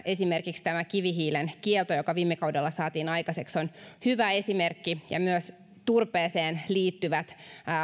esimerkiksi tämä kivihiilen kielto joka viime kaudella saatiin aikaiseksi on hyvä esimerkki ja myös turpeeseen liittyvät